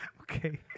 Okay